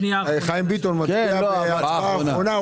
חיים ביטון מצביע בפעם האחרונה,